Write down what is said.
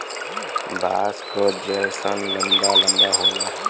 बाँस क जैसन लंबा लम्बा होला